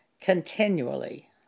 continually